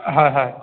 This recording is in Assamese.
হয় হয়